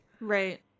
Right